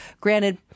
granted